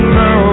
no